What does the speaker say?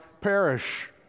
perish